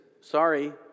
sorry